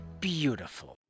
beautiful